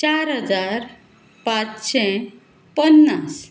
चार हजार पांचशे पन्नास